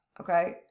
okay